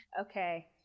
okay